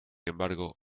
embargo